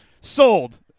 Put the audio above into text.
sold